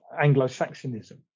Anglo-Saxonism